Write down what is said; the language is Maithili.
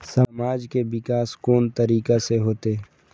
समाज के विकास कोन तरीका से होते?